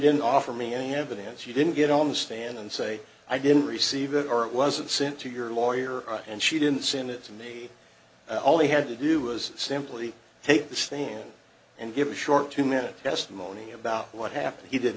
didn't offer me any evidence you didn't get on the stand and say i didn't receive it or it wasn't sent to your lawyer and she didn't send it to me all he had to do was simply take the stand and give a short two minute testimony about what happened he did